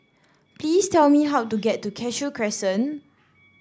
please tell me how to get to Cashew Crescent